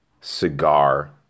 cigar